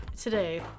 today